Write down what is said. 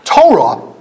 Torah